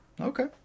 Okay